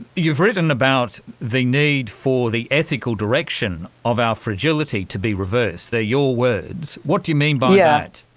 you've written about the need for the ethical direction of our fragility to be reversed. they're your words. what do you mean by that?